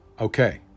Okay